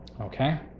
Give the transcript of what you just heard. Okay